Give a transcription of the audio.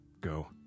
go